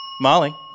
Molly